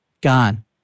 gone